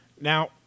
now